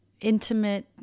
intimate